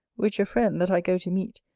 which a friend, that i go to meet,